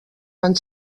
van